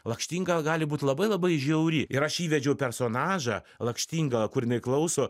lakštingala gali būt labai labai žiauri ir aš įvedžiau personažą lakštingala kur jinai klauso